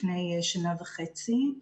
לפני שנה וחצי,